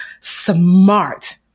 smart